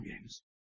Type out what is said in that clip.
games